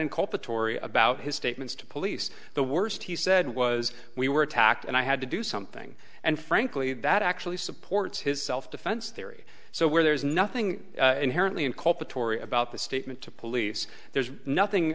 tory about his statements to police the worst he said was we were attacked and i had to do something and frankly that actually supports his self defense theory so where there is nothing inherently inculpatory about the statement to police there's nothing